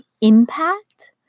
impact